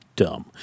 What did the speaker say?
dumb